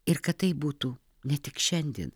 ir kad tai būtų ne tik šiandien